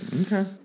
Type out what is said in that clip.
okay